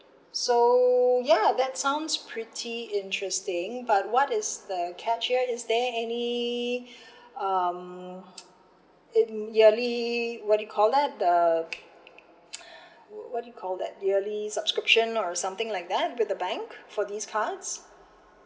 so ya that's sounds pretty interesting but what is the catch is there any um in yearly what you call that the what you call that yearly subscription or something like that with the bank for these cards